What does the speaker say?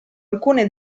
alcune